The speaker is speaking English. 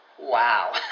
Wow